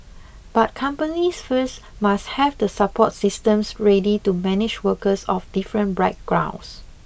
but companies first must have the support systems ready to manage workers of different backgrounds